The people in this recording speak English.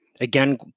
Again